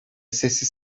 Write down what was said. sessiz